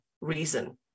reason